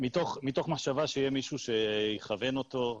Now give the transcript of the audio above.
מתוך מחשבה שיהיה מישהו שיכוון אותו,